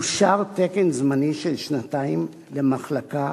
אושר תקן זמני של שנתיים למחלקה